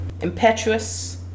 Impetuous